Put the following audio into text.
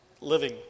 living